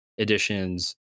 editions